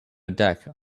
deck